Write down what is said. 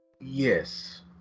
Yes